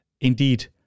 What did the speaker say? Indeed